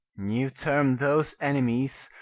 you term those enemies,